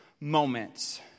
moments